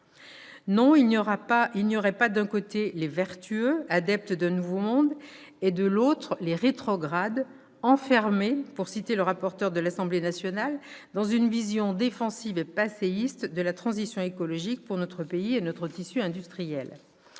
Non, il n'y aurait pas d'un côté les vertueux, adeptes d'un « nouveau monde », et de l'autre les rétrogrades enfermés, pour citer le rapporteur de l'Assemblée nationale, dans « une vision défensive et passéiste de la transition écologique pour notre pays et notre tissu industriel